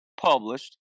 published